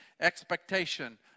expectation